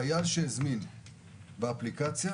חיל שהזמין באפליקציה